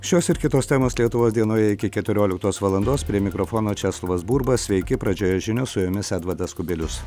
šios ir kitos temos lietuvos dienoje iki keturioliktos valandos prie mikrofono česlovas burba sveiki pradžioje žinios su jomis edvardas kubilius